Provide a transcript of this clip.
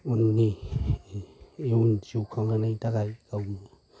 उननि इयुन जिउ खालांनायनि थाखाय गावनि